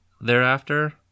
thereafter